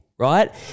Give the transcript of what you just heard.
Right